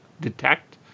detect